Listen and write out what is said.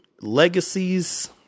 legacies